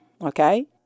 okay